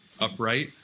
upright